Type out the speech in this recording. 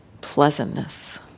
pleasantness